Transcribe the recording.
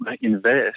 invest